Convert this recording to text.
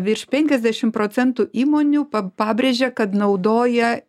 virš penkiasdešim procentų įmonių pa pabrėžia kad naudoja